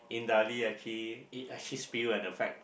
indirectly actually it actually and the fact